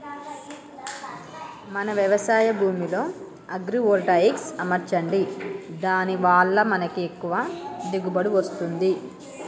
మన వ్యవసాయ భూమిలో అగ్రివోల్టాయిక్స్ అమర్చండి దాని వాళ్ళ మనకి ఎక్కువ దిగువబడి వస్తుంది